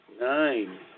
Nine